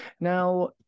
Now